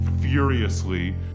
furiously